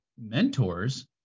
mentors